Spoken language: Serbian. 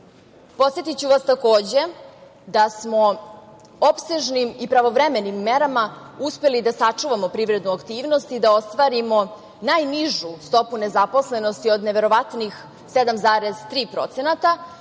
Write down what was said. vas, takođe, da smo opsežnim i pravovremenim merama uspeli da sačuvamo privrednu aktivnost i da ostvarimo najnižu stopu nezaposlenosti od neverovatnih 7,3%,